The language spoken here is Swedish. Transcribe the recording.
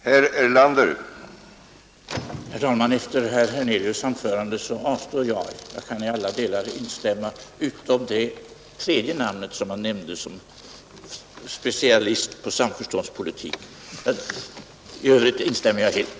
Herr talman! Efter herr Hernelius” anförande avstår jag. Jag kan i alla delar instämma utom beträffande den tredje av dem han nämnde som specialister på samförståndspolitik. I övrigt instämmer jag helt.